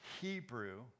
Hebrew